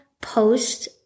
post